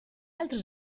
altri